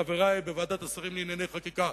חברי בוועדת השרים לענייני חקיקה,